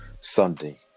Sunday